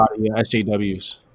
SJWs